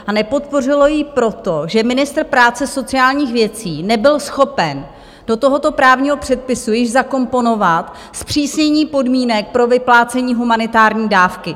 A nepodpořilo ji proto, že ministr práce a sociálních věcí nebyl schopen do tohoto právního předpisu již zakomponovat zpřísnění podmínek pro vyplácení humanitární dávky.